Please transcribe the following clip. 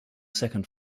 second